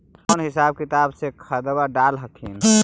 कौन हिसाब किताब से खदबा डाल हखिन?